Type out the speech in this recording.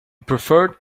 preferred